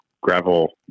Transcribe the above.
gravel